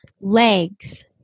legs